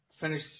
finish